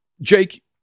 Jake